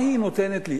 מה היא נותנת לי?